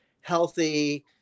healthy